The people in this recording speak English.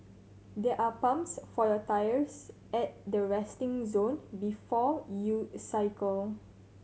there are pumps for your tyres at the resting zone before you cycle